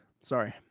Sorry